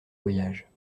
voyage